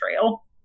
trail